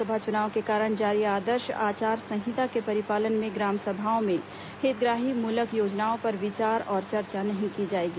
लोकसभा चुनाव के कारण जारी आदर्श आचार संहिता के परिपालन में ग्राम सभाओं में हितग्राहीमूलक योजनाओं पर विचार और चर्चा नहीं की जाएगी